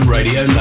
Radio